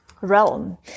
realm